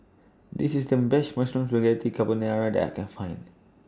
This IS The Best Mushroom Spaghetti Carbonara that I Can Find